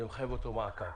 זה מחייב אותו במעקב.